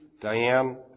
Diane